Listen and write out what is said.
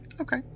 Okay